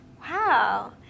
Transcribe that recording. Wow